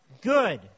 good